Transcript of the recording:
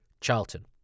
Charlton